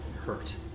hurt